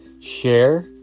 Share